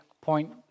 point